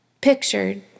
Pictured